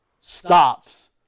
stops